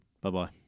Bye-bye